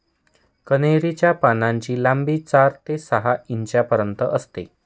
कन्हेरी च्या पानांची लांबी चार ते सहा इंचापर्यंत असते